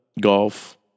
golf